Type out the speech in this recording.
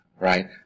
Right